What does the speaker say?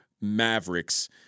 Mavericks